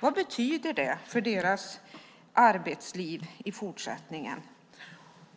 Vad betyder det för deras arbetsliv i fortsättningen?